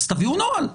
אז תביאו נוהל.